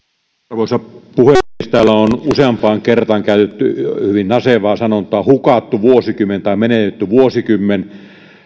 arvoisa puhemies täällä on useampaan kertaan käytetty hyvin nasevaa sanontaa hukattu vuosikymmen tai menetetty vuosikymmen